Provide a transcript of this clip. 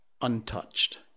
untouched